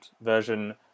version